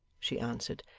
she answered.